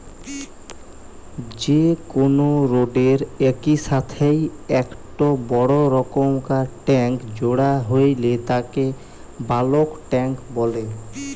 যে কোনো রোডের এর সাথেই একটো বড় রকমকার ট্যাংক জোড়া হইলে তাকে বালক ট্যাঁক বলে